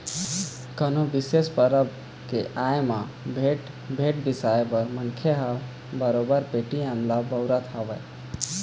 कोनो बिसेस परब के आय म भेंट, भेंट बिसाए बर मनखे ह बरोबर पेटीएम ल बउरत हवय